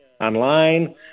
online